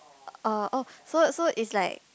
uh oh so so it's like